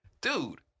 dude